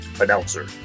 Announcer